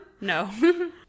No